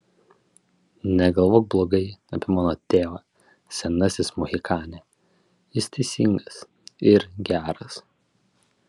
negalvok blogai apie mano tėvą senasis mohikane jis teisingas ir geras